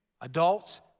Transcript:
adults